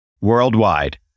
Worldwide